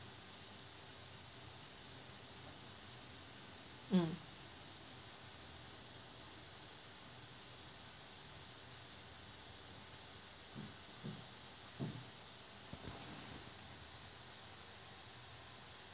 mm